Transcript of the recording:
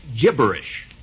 gibberish